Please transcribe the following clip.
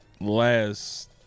Last